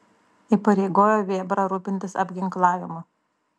įpareigojo vėbrą rūpintis apginklavimu